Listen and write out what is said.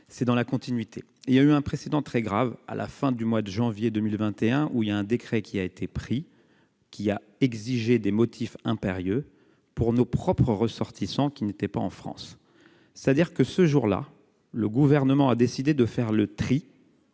c'est dans la continuité, il y a eu un précédent très grave à la fin du mois de janvier 2021 où il y a un décret qui a été pris, qui a exigé des motifs impérieux pour nos propres ressortissants qui n'était pas en France, c'est-à-dire que ce jour là, le gouvernement a décidé de faire le tri.